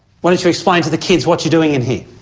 why don't you explain to the kids what you're doing in here?